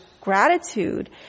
gratitude